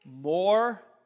more